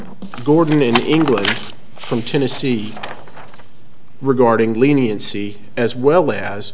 gordon in england from tennessee regarding leniency as well as